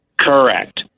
Correct